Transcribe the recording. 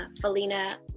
Felina